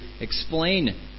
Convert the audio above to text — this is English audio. explain